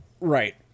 right